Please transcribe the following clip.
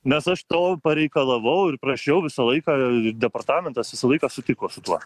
nes aš to pareikalavau ir prašiau visą laiką departamentas visą laiką sutiko su tuo